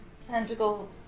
tentacle